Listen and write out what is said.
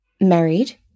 married